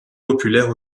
populaires